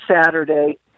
Saturday